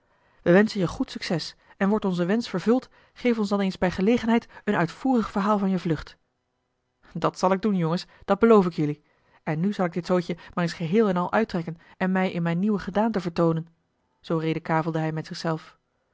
wij wenschen je goed succes en wordt onze wensch vervuld geef ons dan eens bij gelegenheid een uitvoerig verhaal van je vlucht dat zal ik doen jongens dat beloof ik jullie en nu zal ik dit zoodje maar eens geheel en al uittrekken en mij in mijne nieuwe gedaante vertoonen zoo redekavelde hij met